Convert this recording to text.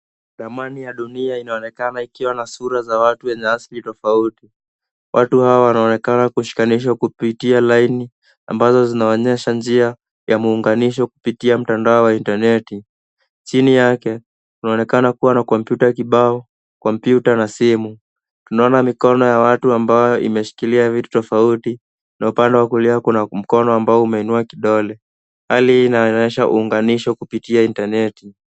Ramani ya dunia inaonekana ikiwa na sura za watu wenye asili tofauti. Watu hawa wanaonekana kushikanishwa kupitia laini ambazo zinaonyesha njia ya muunganisho kupitia mtandao wa intaneti. Chini yake, kunaonekana kuwa na kompyuta kibao, kompyuta na simu. Tunaona mikono ya watu ambayo imeshikilia vitu tofauti na upande wa kulia kuna mkono ambao umeinua kidole. Hali hii inaonyesha uunganisho kwa kupitia intaneti.